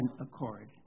accord